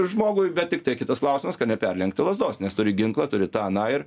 žmogui bet tiktai kitas klausimas ka neperlenkti lazdos nes turi ginklą turi tą aną ir